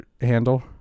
handle